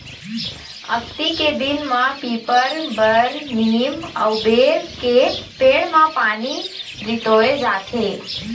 अक्ती के दिन म पीपर, बर, नीम अउ बेल के पेड़ म पानी रितोय जाथे